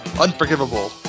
Unforgivable